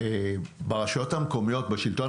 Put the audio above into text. בשלטון